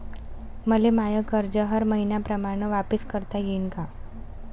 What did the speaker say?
मले माय कर्ज हर मईन्याप्रमाणं वापिस करता येईन का?